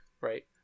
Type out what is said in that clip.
Right